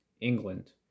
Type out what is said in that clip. england